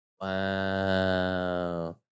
Wow